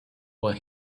when